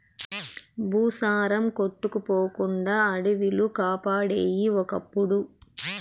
భూసారం కొట్టుకుపోకుండా అడివిలు కాపాడేయి ఒకప్పుడు